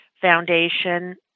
Foundation